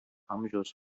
amžiaus